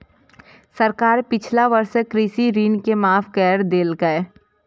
सरकार पिछला वर्षक कृषि ऋण के माफ कैर देलकैए